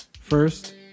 First